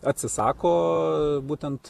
atsisako būtent